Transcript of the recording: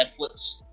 Netflix